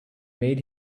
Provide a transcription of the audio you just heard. made